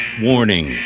Warning